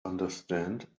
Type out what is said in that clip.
understand